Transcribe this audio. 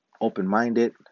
open-minded